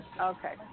Okay